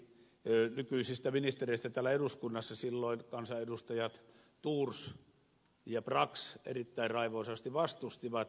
tätä nykyisistä ministereistä täällä eduskunnassa silloiset kansanedustajat thors ja brax erittäin raivoisasti vastustivat